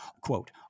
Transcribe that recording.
Quote